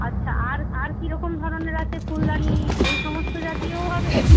আচ্ছা আর আর কীরকম ধরনের আছে ফুলদানি এই সমস্ত জাতীয়ও হবে